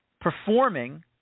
performing